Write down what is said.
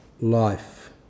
life